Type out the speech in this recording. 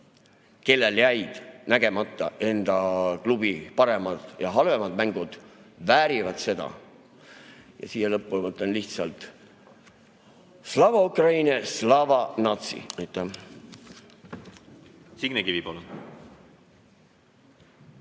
kellel jäid nägemata enda klubi paremad ja halvemad mängud, väärivad seda. Ja siia lõppu ma ütlen lihtsalt:slava Ukraini, slava natsii! Aitäh! Signe Kivi, palun!